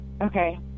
Okay